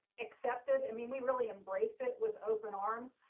accepted i mean we really embraced it with open arms.